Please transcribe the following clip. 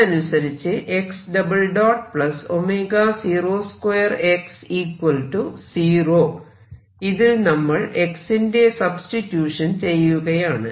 ഇതനുസരിച്ച് ഇതിൽ നമ്മൾ x ന്റെ സബ്സ്റ്റിട്യൂഷൻ ചെയ്യുകയാണ്